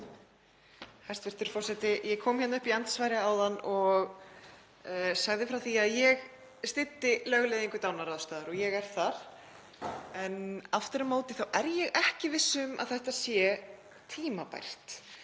Hæstv. forseti. Ég kom hérna upp í andsvar áðan og sagði frá því að ég styddi lögleiðingu dánaraðstoðar. Ég er það en aftur á móti er ég ekki viss um að þetta sé tímabært.